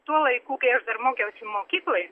tuo laiku kai aš dar mokiausi mokykloj